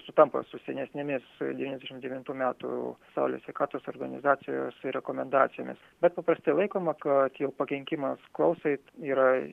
sutampa su senesnėmis devyniasdešimt devintų metų pasaulio sveikatos organizacijos rekomendacijomis bet paprastai laikoma kad jau pakenkimas klausai yra